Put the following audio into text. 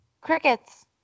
Crickets